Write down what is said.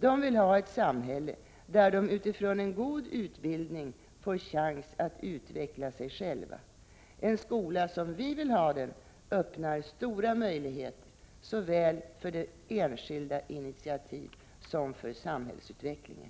De vill ha ett samhälle där de utifrån en god utbildning får chans att utveckla sig själva. En skola som vi vill ha den öppnar stora möjligheter — såväl för enskilda initiativ som för samhällsutvecklingen.